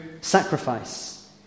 sacrifice